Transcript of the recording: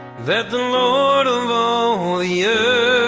the lord all you